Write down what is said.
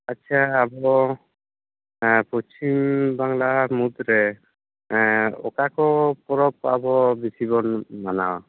ᱟᱪᱪᱷᱟ ᱟᱵᱚ ᱫᱚ ᱯᱚᱪᱷᱤᱢ ᱵᱟᱝᱞᱟ ᱢᱩᱫᱽᱨᱮ ᱚᱠᱟᱠᱚ ᱯᱚᱨᱚᱵᱽ ᱟᱵᱚ ᱵᱤᱥᱤ ᱵᱚᱱ ᱢᱟᱱᱟᱣᱟ